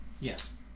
Yes